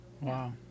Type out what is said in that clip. Wow